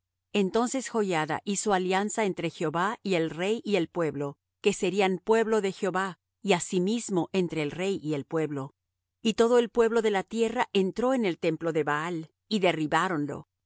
entonces joiada hizo alianza entre jehová y el rey y el pueblo que serían pueblo de jehová y asimismo entre el rey y el pueblo y todo el pueblo de la tierra entró en el templo de baal y derribáronlo